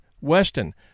Weston